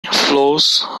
flows